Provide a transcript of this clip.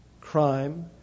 crime